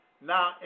Now